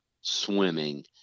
swimming